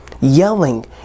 yelling